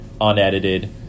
unedited